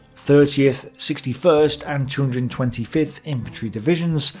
thirtieth, sixty first, and two hundred and twenty fifth infantry divisions,